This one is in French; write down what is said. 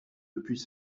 depuis